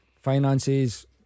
Finances